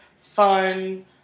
fun